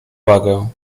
wagę